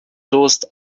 durst